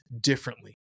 differently